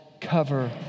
cover